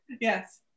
Yes